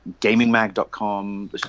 gamingmag.com